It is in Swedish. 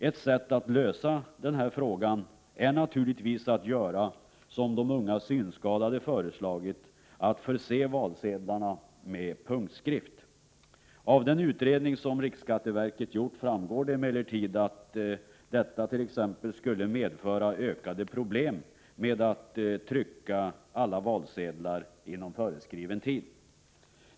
Ett sätt att lösa denna fråga är naturligtvis att göra som de unga synskadade föreslagit, nämligen förse valsedlarna med punktskrift. Av den utredning som RSV gjort framgår det emellertid att detta t.ex. skulle medföra ökade problem med att trycka alla valsedlar inom föreskriven tid.